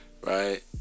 right